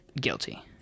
Guilty